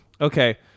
Okay